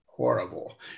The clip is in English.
Horrible